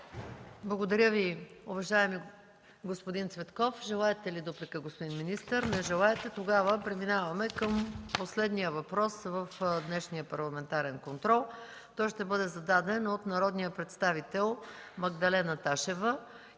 Благодаря Ви, уважаеми господин Цветков. Желаете ли дуплика, господин министър? Не желаете. Тогава преминаваме към последния въпрос в днешния Парламентарен контрол. Той ще бъде зададен от народния представител Магдалена Ташева